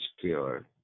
pure